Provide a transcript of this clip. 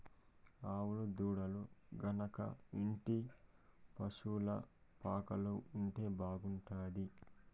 ఆవుల దూడలు గనక ఇంటి పశుల పాకలో ఉంటే బాగుంటాది